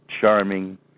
charming